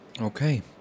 Okay